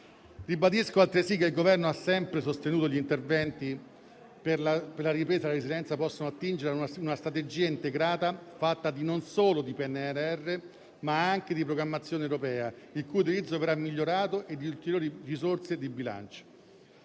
Ribadisco altresì che il Governo ha sempre sostenuto che gli interventi per la ripresa e la resilienza possano attingere a una strategia integrata fatta non solo di PNRR, ma anche di programmazione europea, il cui utilizzo verrà migliorato, e da ulteriori risorse di bilancio.